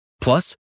Plus